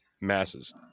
masses